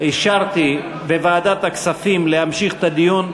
אישרתי לוועדת הכספים להמשיך את הדיון,